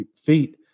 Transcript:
feet